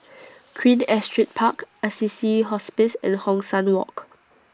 Queen Astrid Park Assisi Hospice and Hong San Walk